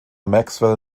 maxwell